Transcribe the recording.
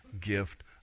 gift